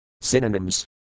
Synonyms